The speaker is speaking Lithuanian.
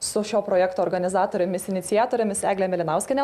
su šio projekto organizatorėmis iniciatorėmis egle mėlinauskiene